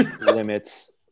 limits